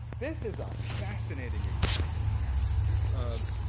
this is a fascinating example ah